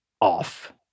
off